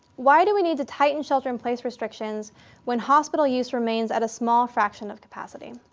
why do we need to tighten shelter in place restrictions when hospital use remains at a small fraction of capacity?